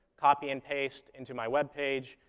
copy and paste into my web page,